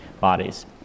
bodies